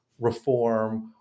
reform